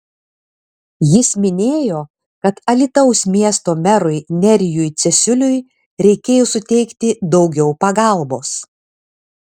jis minėjo kad alytaus miesto merui nerijui cesiuliui reikėjo suteikti daugiau pagalbos